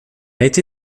été